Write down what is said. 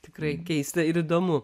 tikrai keista ir įdomu